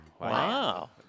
Wow